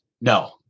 no